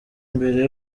mbere